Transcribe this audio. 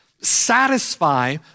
satisfy